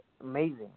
amazing